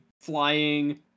flying